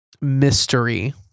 Mystery